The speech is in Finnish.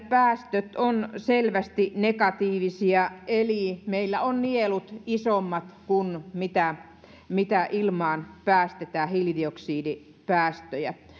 päästöt ovat selvästi negatiivisia eli meillä nielut ovat isommat kuin mitä mitä ilmaan päästetään hiilidioksidipäästöjä